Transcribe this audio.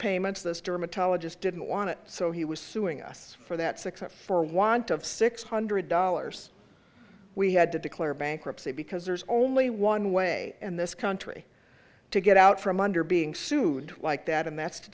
payments this dermatologist didn't want to so he was suing us for that six for want of six hundred dollars we had to declare bankruptcy because there's only one way in this country to get out from under being sued like that a